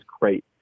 great